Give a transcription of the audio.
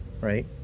Right